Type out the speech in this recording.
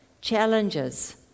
challenges